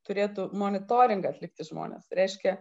turėtų monitoringą atlikti žmones reiškia